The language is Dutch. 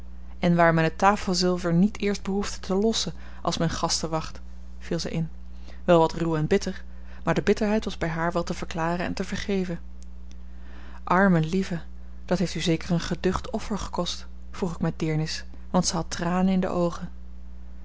en waar men het tafelzilver niet eerst behoefde te lossen als men gasten wacht viel zij in wel wat ruw en bitter maar de bitterheid was bij haar wel te verklaren en te vergeven arme lieve dat heeft u zeker een geducht offer gekost vroeg ik met deernis want zij had tranen in de oogen